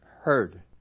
heard